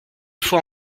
fois